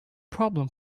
problem